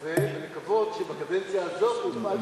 הזה ולקוות שבקדנציה הזאת הוא יפעל במלואו.